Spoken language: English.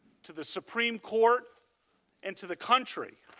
to the supreme court and to the country.